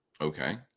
Okay